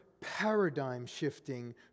paradigm-shifting